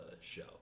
show